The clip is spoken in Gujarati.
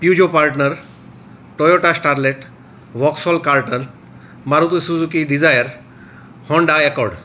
Peugeot Partner Toyota Starlet Vauxhall કાર્ટલ Maruti Suzuki Dzire Honda echoed